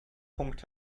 punkt